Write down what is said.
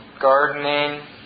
gardening